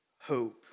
hope